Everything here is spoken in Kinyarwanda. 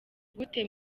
gute